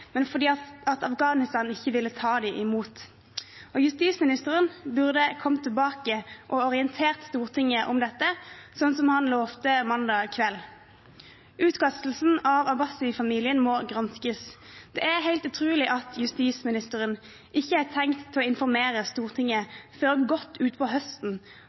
men fordi Afghanistan ikke ville ta imot dem. Justisministeren burde komme tilbake og orientere Stortinget om dette, slik han lovte mandag kveld. Utkastelsen av Abbasi-familien må granskes. Det er helt utrolig at justisministeren ikke har tenkt å informere Stortinget før godt utpå høsten om hvem som sa det var greit å kaste en bevisstløs person ut